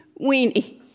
weeny